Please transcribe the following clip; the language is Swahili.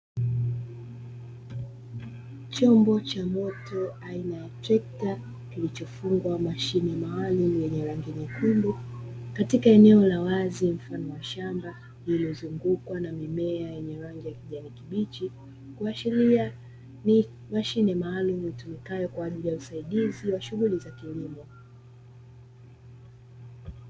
Chombo cha moto aina ya trekta, kilichofungwa mashine maalumu yenye rangi nyekundu, katika eneo la wazi mfano wa shamba lililozungukwa na mimea yenye rangi ya kijani kibichi. Kuashiria ni mashine maalumu itumikayo kwa ajili ya usaidizi wa shughuli za kilimo.